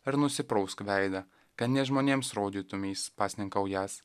ar nusiprausk veidą kad nes žmonėms rodytumeis pasninkaująs